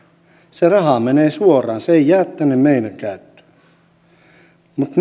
se raha menee suoraan se ei jää tänne meidän käyttöön mutta